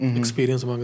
experience